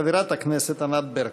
חברת הכנסת ענת ברקו.